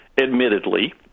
admittedly